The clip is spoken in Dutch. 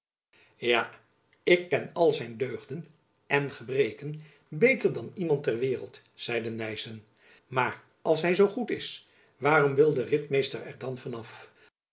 ja ik ken al zijn deugden en gebreken beter dan iemand ter waereld zeide nyssen maar als hy zoo goed is waarom wil de ritmeester er dan van